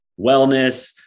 wellness